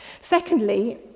Secondly